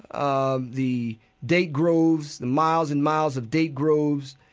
ah the date groves, the miles and miles of date groves,